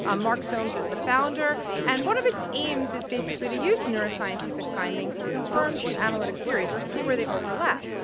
ah mark solms is the founder. and one of its aims is basically to use neuroscientific findings to confirm some analytic theories, or see where they overlap.